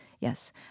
yes